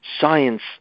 science